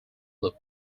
look